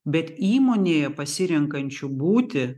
bet įmonėje pasirenkančių būti